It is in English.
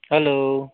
hello